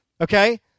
Okay